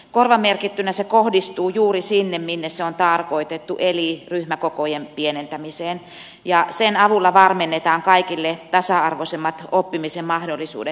korvamerkittynä se kohdistuu juuri sinne minne se on tarkoitettu eli ryhmäkokojen pienentämiseen ja sen avulla varmennetaan kaikille tasa arvoisemmat oppimisen mahdollisuudet